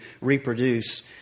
reproduce